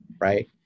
right